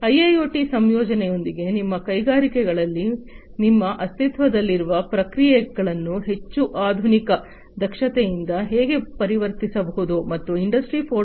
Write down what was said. IIoT ಸಂಯೋಜನೆಯೊಂದಿಗೆ ನಿಮ್ಮ ಕೈಗಾರಿಕೆಗಳಲ್ಲಿ ನಿಮ್ಮ ಅಸ್ತಿತ್ವದಲ್ಲಿರುವ ಪ್ರಕ್ರಿಯೆಗಳನ್ನು ಹೆಚ್ಚು ಆಧುನಿಕ ದಕ್ಷತೆಯಿಂದ ಹೇಗೆ ಪರಿವರ್ತಿಸಬಹುದು ಮತ್ತು ಇಂಡಸ್ಟ್ರಿ4